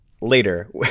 later